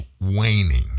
waning